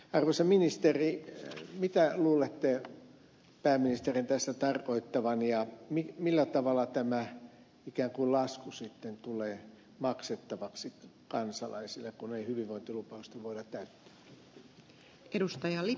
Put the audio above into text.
arvoisa ministeri mitä luulette pääministerin tässä tarkoittavan ja millä tavalla ikään kuin tämä lasku sitten tulee maksettavaksi kansalaisille kun ei hyvinvointilupausta voida täyttää